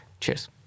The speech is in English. Cheers